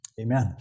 Amen